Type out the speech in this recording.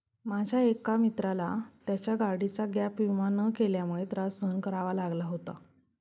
माझ्या एका मित्राला त्याच्या गाडीचा गॅप विमा न केल्यामुळे त्रास सहन करावा लागला होता